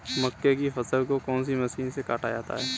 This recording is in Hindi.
मक्के की फसल को कौन सी मशीन से काटा जाता है?